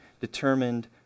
determined